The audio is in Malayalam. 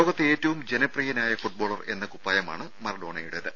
ലോകത്തെ ഏറ്റവും ജനപ്രിയനായ ഫുട്ബോളർ എന്ന കുപ്പായമാണ് മറഡോണയുടേത്